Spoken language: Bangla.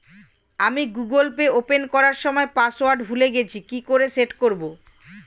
আমি গুগোল পে ওপেন করার সময় পাসওয়ার্ড ভুলে গেছি কি করে সেট করব?